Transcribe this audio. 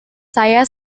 saya